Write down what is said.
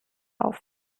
auf